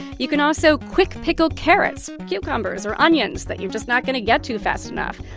you can also quick-pickle carrots, cucumbers or onions that you're just not going to get to fast enough.